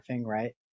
right